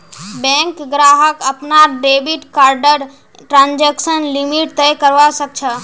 bank ग्राहक अपनार debit कार्डर ट्रांजेक्शन लिमिट तय करवा सख छ